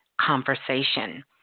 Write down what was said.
conversation